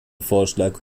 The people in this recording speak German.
vorschlag